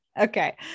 Okay